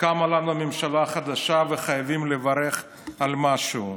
קמה לנו ממשלה חדשה, וחייבים לברך על משהו.